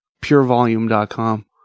purevolume.com